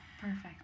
perfect